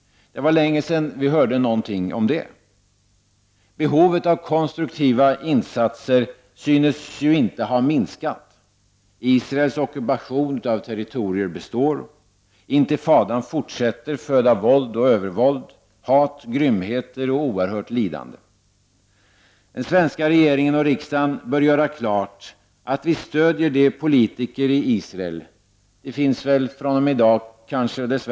Det var länge sedan vi hörde något om det. Behovet av konstruktiva insatser synes inte ha minskat. Israels ockupation av territorier består. Intifadan fortsätter föda våld och övervåld, hat, grymheter och oerhört lidande. Den svenska regeringen och riksdagen bör göra klart att vi stödjer de politiker i Israel som är beredda att möta motparten i en fredsprocess.